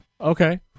Okay